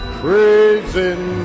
praising